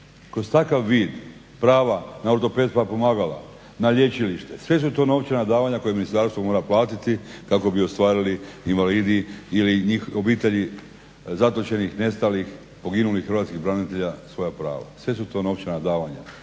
Kroz takav vid prava na ortopedska pomagala, na lječilište sve su to novčana davanja koja ministarstvo mora platiti kako bi ostvarili invalidi ili obitelji zatočenih, nestalih, poginulih hrvatskih branitelja svoja prava. Sve su to novčana davanja.